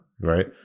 right